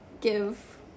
give